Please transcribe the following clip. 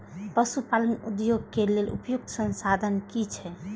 पशु पालन उद्योग के लेल उपयुक्त संसाधन की छै?